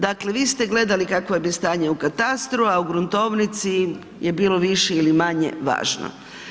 Dakle vi ste gledali kakvo vam je stanje u katastru a u gruntovnici je bilo više ili manje važno.